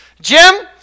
Jim